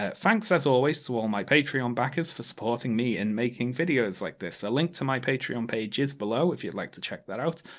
ah thanks as always to all my patreon backers, for supporting me in making videos like this. a link to my patreon page is below, if you'd like to check that out.